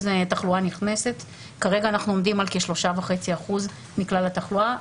תחלואה נכנסת וכרגע אנחנו עומדים על כ-3.5% מכלל התחלואה,